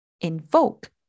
invoke